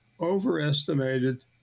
overestimated